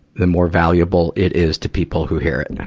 the more valuable it is to people who hear it. and and